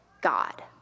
God